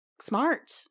smart